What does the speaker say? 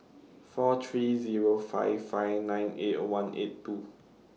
four three Zero five five nine eight one eight two